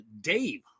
Dave